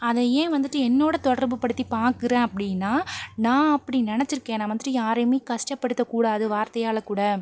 அதை ஏன் வந்துட்டு என்னோடு தொடர்புப்படுத்தி பாக்குறேன் அப்படின்னா நான் அப்படி நெனைச்சிருக்கேன் நான் வந்துட்டு யாரையும் கஷ்டப்படுத்த கூடாது வார்த்தையால் கூட